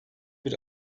bir